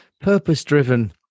purpose-driven